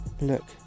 look